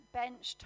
bench